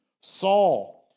Saul